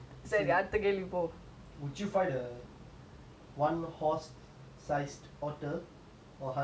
one horse sized otter or hundred otter sized horses